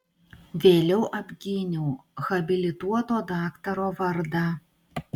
vėliau apgyniau habilituoto daktaro vardą